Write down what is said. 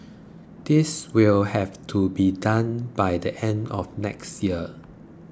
this will have to be done by the end of next year